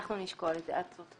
אנחנו נשקול את זה.